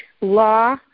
law